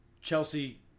chelsea